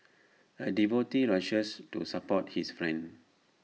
A devotee rushes to support his friend